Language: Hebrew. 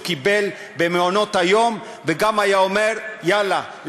קיבל במעונות-היום וגם היה אומר: יאללה,